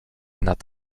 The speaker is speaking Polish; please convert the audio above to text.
nad